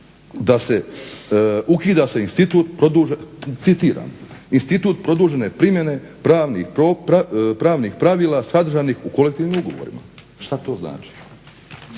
citiram: "institut produžene primjene pravnih pravila sadržanih u kolektivnim ugovorima". Šta to znači?